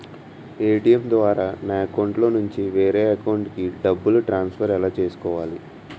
ATM ద్వారా నా అకౌంట్లోనుంచి వేరే అకౌంట్ కి డబ్బులు ట్రాన్సఫర్ ఎలా చేసుకోవాలి?